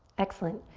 excellent.